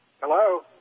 Hello